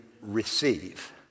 receive